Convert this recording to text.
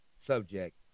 subject